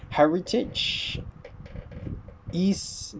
heritage is